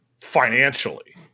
financially